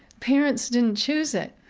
parents didn't choose it,